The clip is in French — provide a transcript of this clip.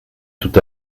tout